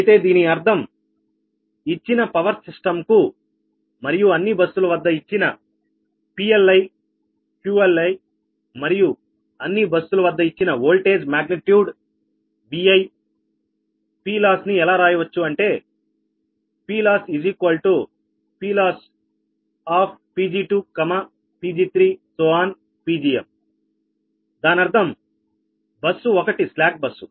అయితే దీని అర్థం ఇచ్చిన పవర్ సిస్టం కు మరియు అన్ని బస్సులు వద్ద ఇచ్చిన PLi QLi మరియు అన్ని బస్సు ల వద్ద ఇచ్చిన వోల్టేజ్ పరిమాణం Vi PLoss నీ ఎలా రాయవచ్చు అంటే PLoss PLoss Pg2 Pg3 Pgm దానర్థం బస్సు 1 స్లాక్ బస్సు